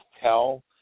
tell